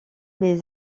les